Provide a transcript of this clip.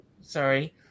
sorry